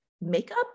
makeup